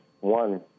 One